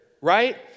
right